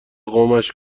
قومش